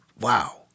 wow